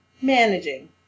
managing